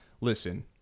listen